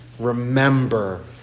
Remember